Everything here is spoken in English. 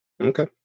okay